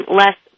less